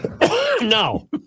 No